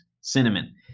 cinnamon